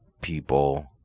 people